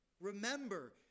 Remember